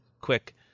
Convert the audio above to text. quick